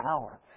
power